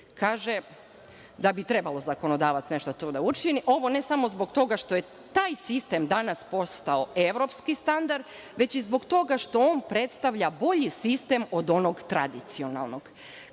da bi trebalo zakonodavac nešto tu da učini, ovo ne samo zbog toga što je taj sistem danas postao evropski standard, već i zbog toga što on predstavlja bolji sistem od onog tradicionalnog,